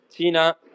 China